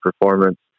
performance